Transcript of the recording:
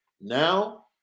Now